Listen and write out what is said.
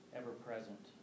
ever-present